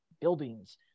buildings